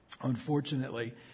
unfortunately